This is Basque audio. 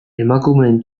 emakumeen